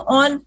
on